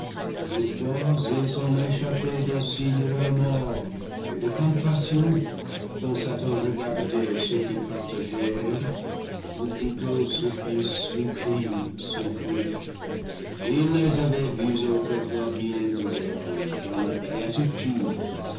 toutefois il s'en échappait des signes de remords et de compassion quand satan regardait ceux qui partagèrent ou plutôt ceux qui suivirent son crime il les avait vus autrefois bien différents dans la béatitude